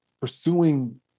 pursuing